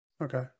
Okay